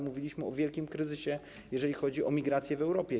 Mówiliśmy o wielkim kryzysie, jeżeli chodzi o migrację w Europie.